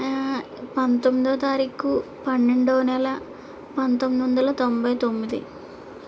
పంతొమ్మిదో తారీఖు పన్నెండో నెల పంతొమ్మిది వందల తొంభై తొమ్మిది